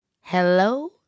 Hello